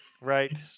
Right